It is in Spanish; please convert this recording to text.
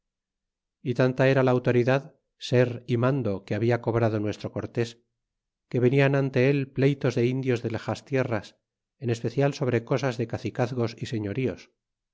y tanta era la autoridad ser y mando que habla cobrado nuestro cortés que venian ante él pleytos de indios de lejas tierras en especial sobre cosas de cacicazgos y señoríos